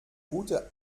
gute